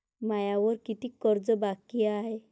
मायावर कितीक कर्ज बाकी हाय?